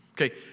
Okay